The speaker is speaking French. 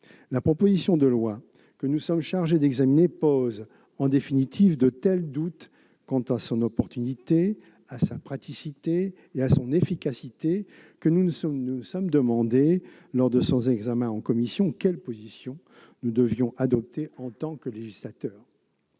La proposition de loi que nous sommes chargés d'examiner suscite en définitive de tels doutes quant à son opportunité, sa praticité et son efficacité que nous nous sommes demandé, lors de son examen en commission, quelle position nous devions adopter en tant que législateur.